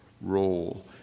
role